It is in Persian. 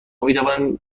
میتوانیم